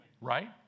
Right